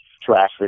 traffic